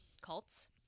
cults